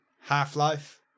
half-life